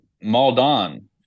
Maldon